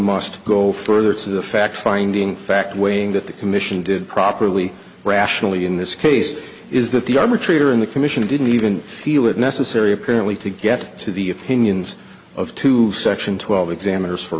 must go further to the fact finding fact weighing that the commission did properly rationally in this case is that the armor trader in the commission didn't even feel it necessary apparently to get to the opinions of two section twelve examiners for